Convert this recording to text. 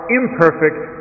imperfect